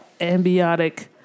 ambiotic